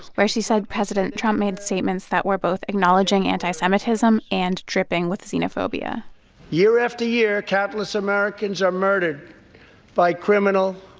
where she said president trump made statements that were both acknowledging anti-semitism and dripping with xenophobia year after year, countless americans are murdered by criminal,